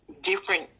different